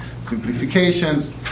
simplifications